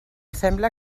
sembla